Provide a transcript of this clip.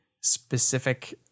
specific